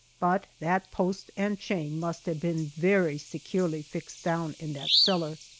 but that post and chain must have been very securely fixed down in that cellar.